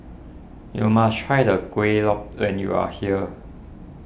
you must try the Kuih Lopes when you are here